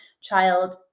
child